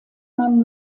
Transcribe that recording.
man